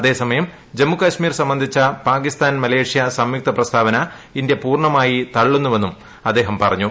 അതേസമയം ജമ്മുകശ്മീർ സംബന്ധിച്ച പാകിസ്ഥാൻ മലേഷ്യ സംയുക്ത പ്രസ്താവന ഇന്ത്യ പൂർണമായി തള്ളുന്നുവെന്നും അദ്ദേഹം പറഞ്ഞു